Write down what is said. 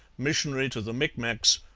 missionary to the micmacs,